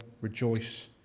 rejoice